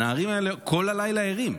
הנערים האלה כל הלילה ערים.